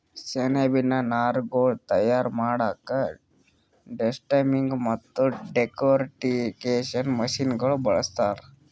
ಸೆಣಬಿನ್ ನಾರ್ಗೊಳ್ ತಯಾರ್ ಮಾಡಕ್ಕಾ ಡೆಸ್ಟಮ್ಮಿಂಗ್ ಮತ್ತ್ ಡೆಕೊರ್ಟಿಕೇಷನ್ ಮಷಿನಗೋಳ್ ಬಳಸ್ತಾರ್